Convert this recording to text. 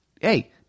hey –